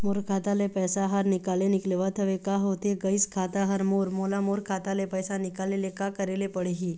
मोर खाता ले पैसा हर निकाले निकलत हवे, का होथे गइस खाता हर मोर, मोला मोर खाता ले पैसा निकाले ले का करे ले पड़ही?